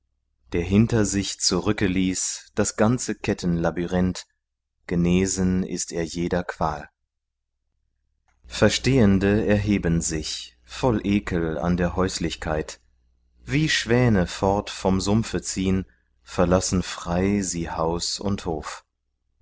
der hinter sich zurücke ließ das ganze kettenlabyrinth genesen ist er jeder qual verstehende erheben sich voll ekel an der häuslichkeit wie schwäne fort vom sumpfe ziehn verlassen frei sie haus und hof